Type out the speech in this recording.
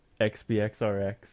XBXRX